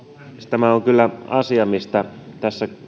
tämä on kyllä asia mistä tässä